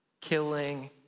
killing